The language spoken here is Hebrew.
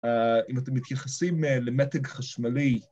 ‫אם אתם מתייחסים למתג חשמלי...